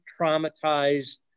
traumatized